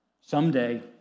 Someday